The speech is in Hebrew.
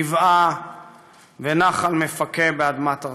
גבעה ונחל מפכה באדמת ארצנו.